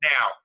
Now